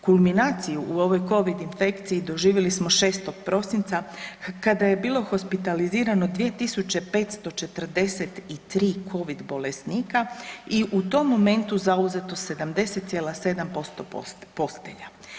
Kulminaciji u ovoj COVID infekciji doživjeli smo 6. prosinca kada je bilo hospitalizirano 2543 COVID bolesnika i u tom momentu zauzeto 70,7% postelja.